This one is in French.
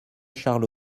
charles